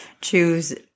choose